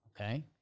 Okay